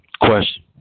Question